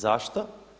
Zašto?